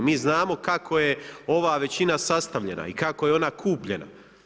Mi znamo kako je ova većina sastavljena i kako je ona kupljena.